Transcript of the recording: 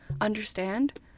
understand